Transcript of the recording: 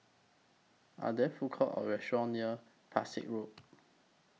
Are There Food Courts Or restaurants near Pesek Road